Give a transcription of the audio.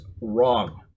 wrong